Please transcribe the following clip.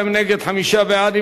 32 נגד, חמישה בעד.